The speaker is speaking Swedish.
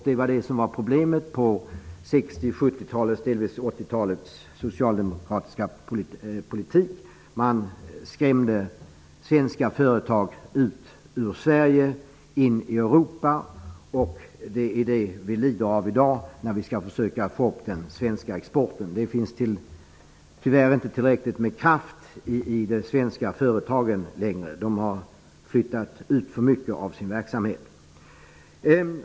Det var det som var problemet med 60 och 70 talens, delvis också 80-talets, socialdemokratiska politik. Man skrämde ut svenska företag ur Sverige, in i Europa. Det är det vi lider av i dag när vi skall försöka öka den svenska exporten. Det finns tyvärr inte tillräcklig kraft i de svenska företagen längre. De har flyttat ut för mycket av sin verksamhet.